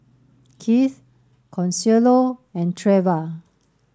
Kieth Consuelo and Treva